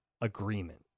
agreement